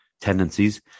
tendencies